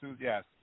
Yes